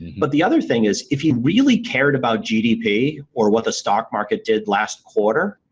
but the other thing is if he really cared about gdp or what the stock market did last quarter,